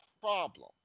problem